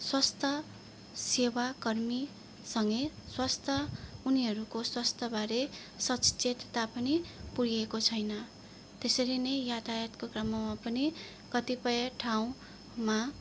स्वस्थ सेवा कर्मीसँगे स्वस्थ उनीहरूको स्वस्थबारे सचेतता पनि पुगेको छैन त्यसरी नै यातायातको क्रममा पनि कतिपय ठाउँमा